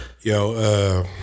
Yo